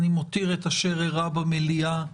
אני מותיר את אשר אירע במליאה למליאה,